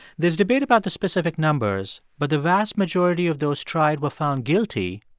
there's debate about the specific numbers, but the vast majority of those tried were found guilty,